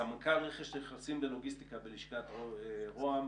סמנכ"ל רכש נכסים ולוגיסטיקה בלשכת רוה"מ,